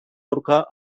aurka